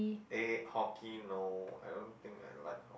eh hockey no I don't think I like hock~